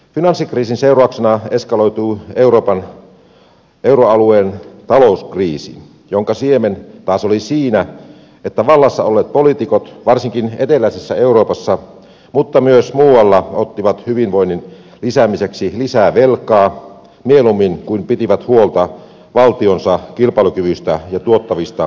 finanssikriisin seurauksena eskaloitui euroalueen talouskriisi jonka siemen taas oli siinä että vallassa olleet poliitikot varsinkin eteläisessä euroopassa mutta myös muualla ottivat hyvinvoinnin lisäämiseksi lisää velkaa mieluummin kuin pitivät huolta valtionsa kilpailukyvystä ja tuottavista työpaikoista